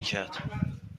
کرد